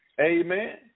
Amen